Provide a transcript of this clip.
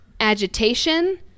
agitation